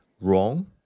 wrong